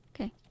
Okay